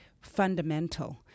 fundamental